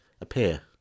appear